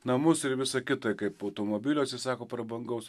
namus ir visa kita kaip automobilio atsisako prabangaus